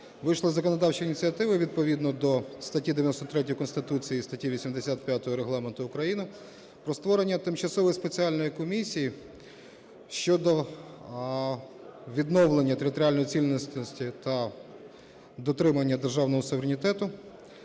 вийшли з законодавчої ініціативою, відповідно до статті 93 Конституції і статті 85 Регламенту України, про створення Тимчасової спеціальної комісії щодо відновлення територіальної цілісності та дотримання державного суверенітету